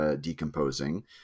Decomposing